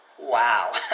Wow